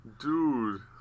Dude